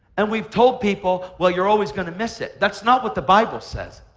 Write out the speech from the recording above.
and we've told people, well, you're always going to miss it. that's not what the bible says.